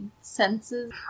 senses